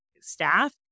staff